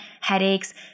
headaches